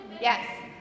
Yes